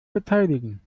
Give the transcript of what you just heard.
beteiligen